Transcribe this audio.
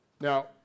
Now